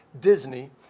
Disney